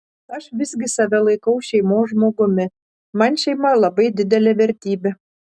aš visgi save laikau šeimos žmogumi man šeima labai didelė vertybė